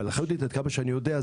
עד כמה שאני יודע,